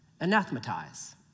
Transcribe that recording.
anathematize